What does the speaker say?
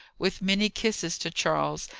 with many kisses to charles,